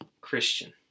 Christian